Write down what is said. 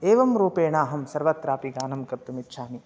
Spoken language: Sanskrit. एवं रूपेण अहं सर्वत्रापि गानं कर्तुम् इच्छामि